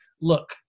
look